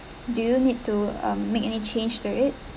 do you need to um make any change to it